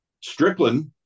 Strickland